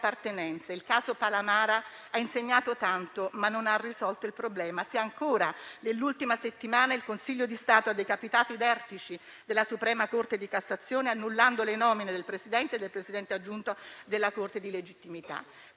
il caso Palamara ha insegnato tanto, ma non ha risolto il problema, se ancora nell'ultima settimana il Consiglio di Stato ha decapitato i vertici della suprema Corte di cassazione, annullando le nomine del Presidente e del Presidente aggiunto della Corte di legittimità.